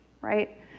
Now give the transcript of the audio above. right